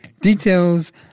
Details